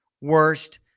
worst